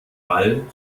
ball